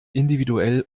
individuell